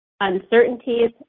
uncertainties